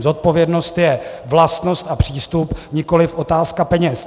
Zodpovědnost je vlastnost a přístup, nikoliv otázka peněz.